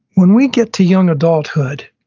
when we get to young adulthood,